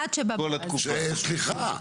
עד שבא בועז.